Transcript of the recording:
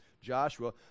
Joshua